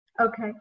Okay